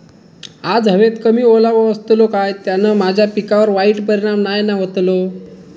आज हवेत कमी ओलावो असतलो काय त्याना माझ्या पिकावर वाईट परिणाम नाय ना व्हतलो?